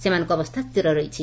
ସେମାନଙ୍କ ଅବସ୍ତା ସ୍ଥିର ରହିଛି